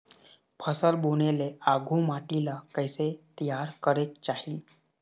फसल बुने ले आघु माटी ला कइसे तियार करेक चाही?